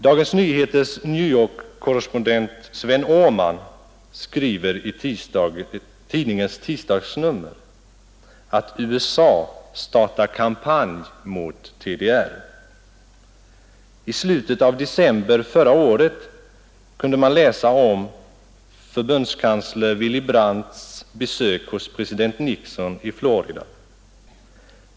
Dagens Nyheters New York-korrespondent, Sven Åhman, skriver i tidningens tisdagsnummer att USA startar kampanj mot TDR. I slutet av december förra året kunde vi läsa om förbundskansler Willy Brandts besök hos president Nixon i Florida.